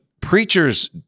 preachers